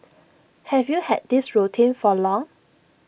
have you had this routine for long